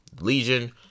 Legion